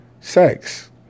sex